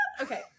okay